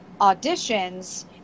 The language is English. auditions